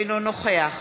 אינו נוכח